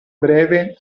breve